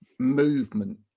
movement